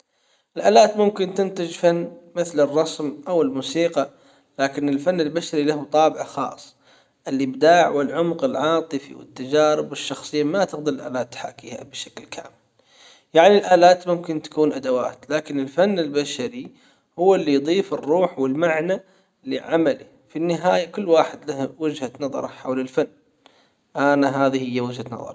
الالات ممكن تنتج فن مثل الرسم او الموسيقى لكن الفن المثلي له طابع خاص الإبداع والعمق العاطفي والتجارب والشخصية ما تقدر الآلات تحاكيها بشكل كامل يعني الآلات ممكن تكون أدوات لكن الفن البشري هو اللي يضيف الروح والمعنى لعمله في النهاية كل واحد له وجهة نظره حول الفن انا هذه هي وجهة نظري.